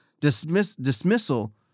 dismissal